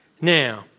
Now